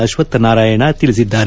ಅಶ್ವತ್ಥ ನಾರಾಯಣ ತಿಳಿಸಿದ್ದಾರೆ